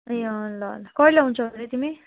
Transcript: ए अँ ल ल कहिले आउँछौ हरे तिमी